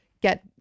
get